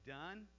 done